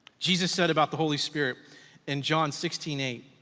jesus said about the holy spirit in john sixteen eight,